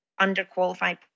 underqualified